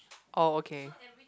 oh okay